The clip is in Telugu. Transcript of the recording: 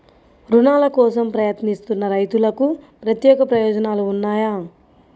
రుణాల కోసం ప్రయత్నిస్తున్న రైతులకు ప్రత్యేక ప్రయోజనాలు ఉన్నాయా?